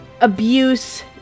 abuse